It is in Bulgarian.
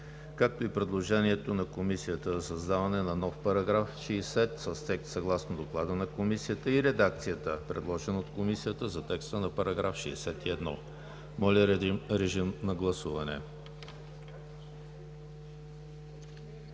както и предложението на Комисията за създаване на нов § 60 с текст съгласно Доклада на Комисията; и редакцията, предложена от Комисията за текста на § 61. Гласували